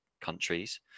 countries